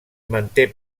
manté